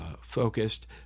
focused